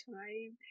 time